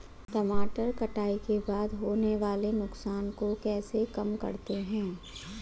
टमाटर कटाई के बाद होने वाले नुकसान को कैसे कम करते हैं?